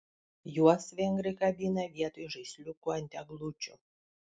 juos vengrai kabina vietoj žaisliukų ant eglučių